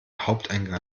haupteingang